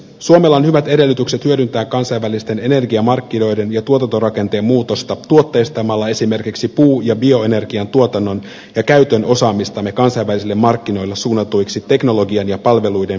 suomella on hyvät edellytykset hyödyntää kansainvälisten energiamarkkinoiden ja tuotantorakenteen muutosta tuotteistamalla esimerkiksi puu ja bioenergian tuotannon ja käytön osaamistamme kansainvälisille markkinoille suunnatuiksi teknologian ja palveluiden vientituotteiksi